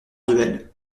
duel